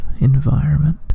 environment